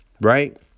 right